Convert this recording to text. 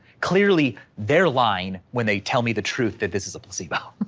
clearly, they're lying when they tell me the truth that this is a placebo.